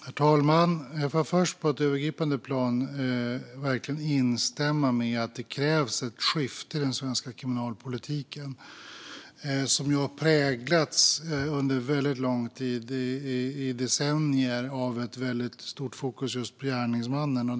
Herr talman! Låt mig först på ett övergripande plan verkligen instämma i att det krävs ett skifte i den svenska kriminalpolitiken. Denna har i decennier präglats av ett väldigt stort fokus på just gärningsmannen.